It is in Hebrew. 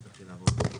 תודה רבה ליושב-ראש